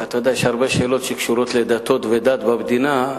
אתה יודע שהרבה שאלות הקשורות לדתות ולדת במדינה,